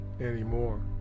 anymore